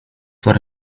for